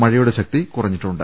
മഴയുടെ ശക്തി കുറഞ്ഞിട്ടുണ്ട്